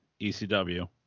ECW